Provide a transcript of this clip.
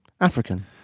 African